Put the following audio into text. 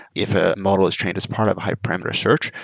if a model is trained as part of a hyper parameter search,